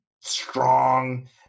strong